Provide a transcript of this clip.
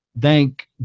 thank